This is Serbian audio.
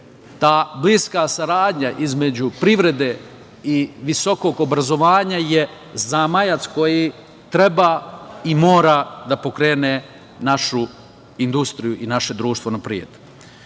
Ta bliska saradnja između privrede i visokog obrazovanja je zamajac koji treba i mora da pokrene našu industriju i naše društvo